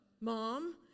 Mom